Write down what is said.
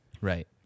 Right